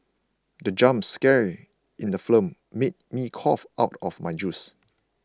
the jump scare in the film made me cough out my juice